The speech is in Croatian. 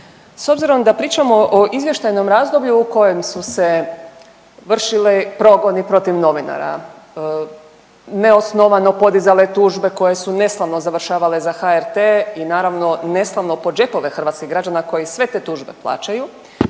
s obzirom da pričamo o izvještajnom razdoblju u kojem su se vršili progoni protiv novinara, neosnovano podizale tužbe koje su neslavno završavale za HRT i naravno neslavno po džepove hrvatskih građana koji sve te tužbe plaćaju,